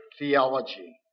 theology